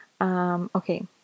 Okay